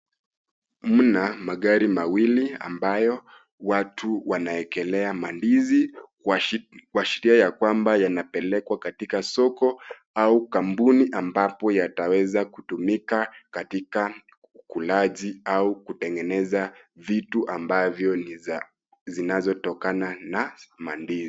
Mna magari mawili ambayo watu wanaekelea mandizi kuashi kuashiria ya kwamba yanapelekwa katika soko au kampuni ambapo yataweza kutumika katika ukulaji au kutengeneza vitu ambavyo niza zinazotokana na mandizi.